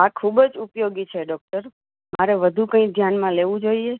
હા ખૂબ જ ઉપયોગી છે ડૉક્ટર મારે વધુ કંઇ ધ્યાનમાં લેવું જોઈએ